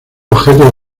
objetos